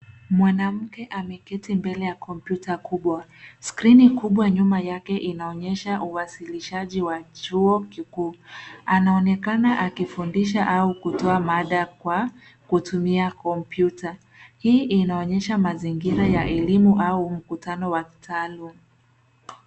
Mwanamke ameketi mbele ya kompyuta kubwa, skrini kubwa nyuma yake inaonyesha uwasilishaji wa chuo kikuu, anaonekana akifundisha au kutoa mada kwa kutumia kompyuta. Hii inaonyesha mazingira ya elimu au mkutano wa kitaalum.